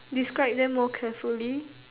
describe them more carefully